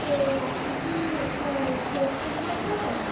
তো আপনি কি একটা স্টেজ প্রোগ্রাম করবেন